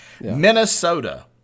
Minnesota